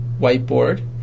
whiteboard